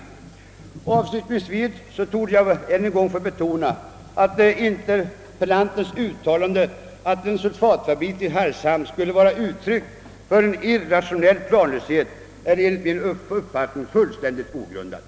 Avslutningsvis vill jag än en gång betona, att interpellantens uttalande att en sulfatfabrik i Hargshamn skulle vara uttryck för en irrationell planlöshet enligt min mening är fullständigt ogrundat.